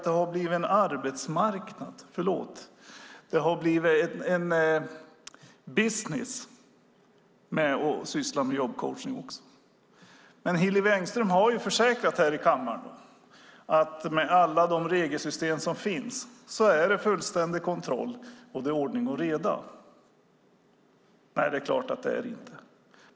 Det har blivit en business att syssla med jobbcoachning. Hillevi Engström har här i kammaren försäkrat att med alla de regelsystem som finns är det fullständig kontroll och ordning och reda. Det är klart att det inte är det!